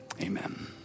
Amen